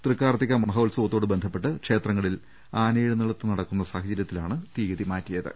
തൃക്കാർത്തിക മഹോത്സവത്തോട് ബന്ധപ്പെട്ട് ക്ഷേത്രങ്ങളിൽ ആന യെഴുന്നള്ളത്ത് നടക്കുന്ന സാഹചര്യത്തിലാണ് തീയതി മാറ്റിയത്